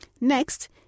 Next